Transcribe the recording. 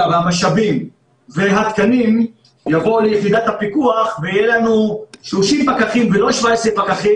והמשאבים והתקנים יבואו ליחידת הפיקוח ויהיו לנו 30 פקחים ולא 17 פקחים.